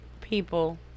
people